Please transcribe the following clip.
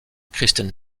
kristen